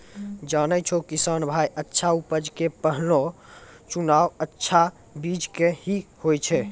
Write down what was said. जानै छौ किसान भाय अच्छा उपज के पहलो चुनाव अच्छा बीज के हीं होय छै